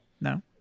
No